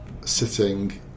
sitting